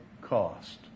cost